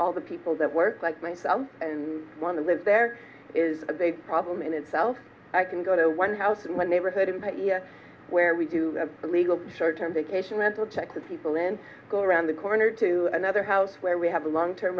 all the people that work like myself and want to live there is a big problem in itself i can go to one house and what neighborhood where we do have a legal short term vacation rental check with people in go around the corner to another house where we have a long term